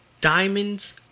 Diamonds